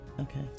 Okay